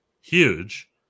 Huge